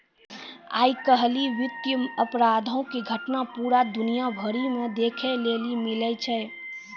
आइ काल्हि वित्तीय अपराधो के घटना पूरा दुनिया भरि मे देखै लेली मिलै छै